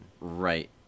Right